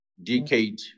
decade